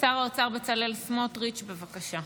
הודעה לסגנית מזכיר הכנסת, בבקשה.